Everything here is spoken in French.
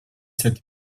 sept